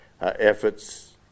efforts